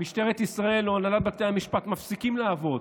משטרת ישראל או הנהלת בתי המשפט מפסיקות לעבוד,